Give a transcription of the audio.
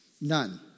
None